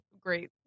great